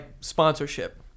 sponsorship